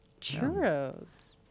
Churros